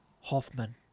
Hoffman